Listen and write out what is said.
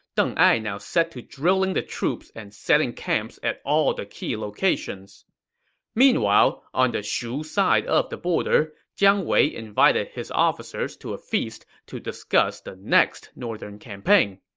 deng ai now set to drilling the troops and setting camps at all the key locations meanwhile, on the shu side of the border, jiang wei invited his officers to a feast to discuss the next northern campaign.